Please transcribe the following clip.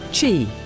Chi